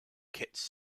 kits